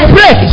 Break